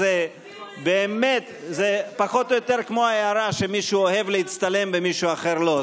אז באמת זה פחות או יותר כמו ההערה שמישהו אוהב להצטלם ומישהו אחר לא.